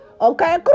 Okay